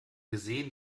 gesehen